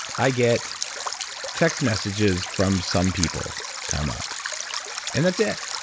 i get text messages from some people come up and that's it!